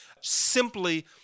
simply